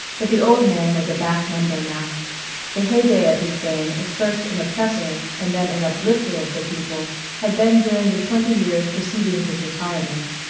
but the old man was a back number now the heyday of his fame as first an oppressor and then an uplifter of the people had been during the twenty years preceding his retirement.